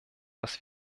dass